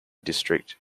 district